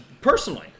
Personally